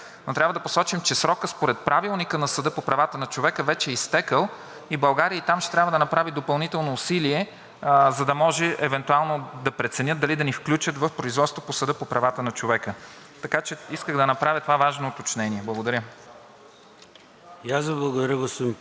за да може евентуално да преценят дали да ни включат в производството в Съда по правата на човека. Исках да направя това важно уточнение. Благодаря. ПРЕДСЕДАТЕЛ ЙОРДАН ЦОНЕВ: И аз Ви благодаря, господин Пандов, но това не беше процедура, а лично обяснение, защото лично обяснение е, когато сте засегнат, а това беше просто разяснение по